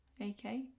Okay